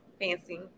Fancy